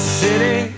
city